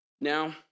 Now